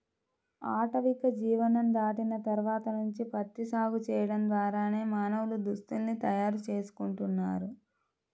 ఆటవిక జీవనం దాటిన తర్వాత నుంచి ప్రత్తి సాగు చేయడం ద్వారానే మానవులు దుస్తుల్ని తయారు చేసుకుంటున్నారు